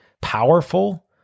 powerful